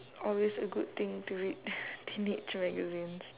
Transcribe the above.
always a good thing to read teenage magazines